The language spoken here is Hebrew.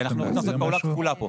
אנחנו רוצים לעשות פעולה כפולה פה.